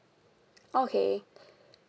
okay